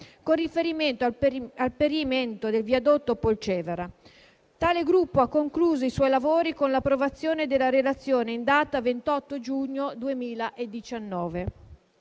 con riferimento al perimento del viadotto Polcevera; tale gruppo ha concluso i suoi lavori con l'approvazione della relazione in data 28 giugno 2019;